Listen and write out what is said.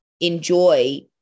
enjoy